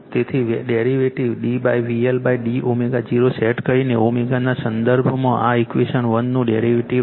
તેથી derivative d VLd ω0 set કરીને ω ના સંદર્ભમાં આ ઈક્વેશન 1 નું ડેરિવેટિવ લો